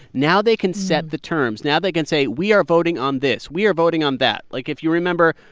now they can set the terms. now they can say, we are voting on this. we are voting on that. like, if you remember,